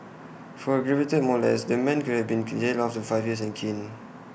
for aggravated molest the man could have been jailed for up to five years and caned